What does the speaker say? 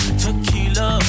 tequila